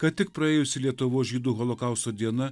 ką tik praėjusi lietuvos žydų holokausto diena